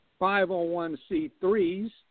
501c3s